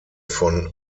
von